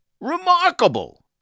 Remarkable